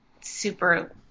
super